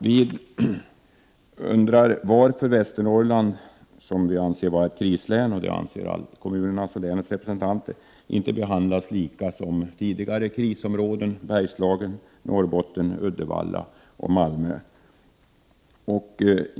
Vi undrar varför Västernorrland, som kommunernas och länets representanter anser vara ett krislän, inte behandlas lika som andra krisområden, Bergslagen, Norrbotten, Uddevalla och Malmö.